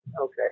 Okay